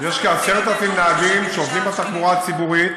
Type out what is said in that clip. יש כ-10,000 נהגים שעובדים בתחבורה הציבורית,